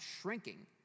shrinking